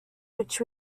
which